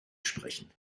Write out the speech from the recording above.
sprechen